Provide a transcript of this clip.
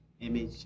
image